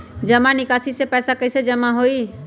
जमा निकासी से पैसा कईसे कमाई होई?